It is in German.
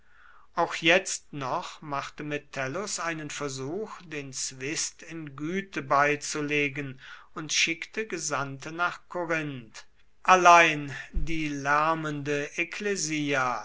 auch jetzt noch machte metellus einen versuch den zwist in güte beizulegen und schickte gesandte nach korinth allein die lärmende ekklesia